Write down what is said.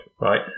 right